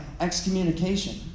excommunication